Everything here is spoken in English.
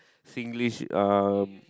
Singlish uh